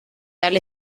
tal